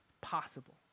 possible